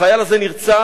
החייל הזה נרצח,